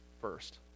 first